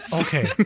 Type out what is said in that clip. okay